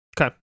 Okay